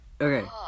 Okay